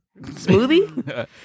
Smoothie